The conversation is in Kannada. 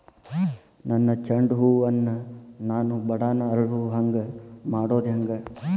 ನನ್ನ ಚಂಡ ಹೂ ಅನ್ನ ನಾನು ಬಡಾನ್ ಅರಳು ಹಾಂಗ ಮಾಡೋದು ಹ್ಯಾಂಗ್?